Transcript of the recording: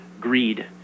greed